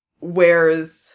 wears